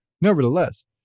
Nevertheless